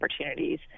opportunities